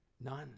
None